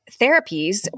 therapies